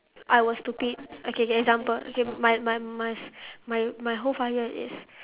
I was stupid okay okay example okay my my my my my whole five years is